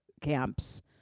camps